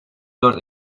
dört